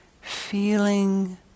feeling